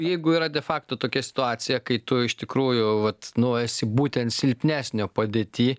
jeigu yra de facto tokia situacija kai tu iš tikrųjų vat nu esi būtent silpnesnio padėty